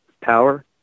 power